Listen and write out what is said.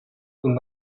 con